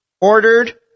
ordered